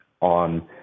on